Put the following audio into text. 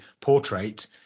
portrait